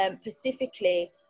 specifically